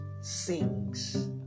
sings